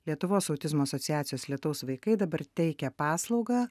lietuvos autizmo asociacijos lietaus vaikai dabar teikia paslaugą